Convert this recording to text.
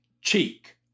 cheek